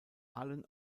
allen